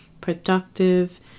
productive